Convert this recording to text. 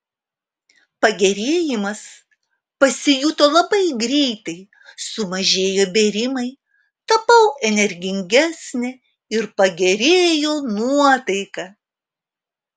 pagerėjimas pasijuto labai greitai sumažėjo bėrimai tapau energingesnė ir pagerėjo nuotaika